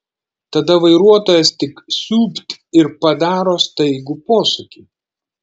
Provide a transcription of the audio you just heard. tada vairuotojas tik siūbt ir padaro staigų posūkį